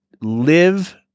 live